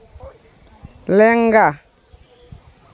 ᱞᱮᱸᱜᱟ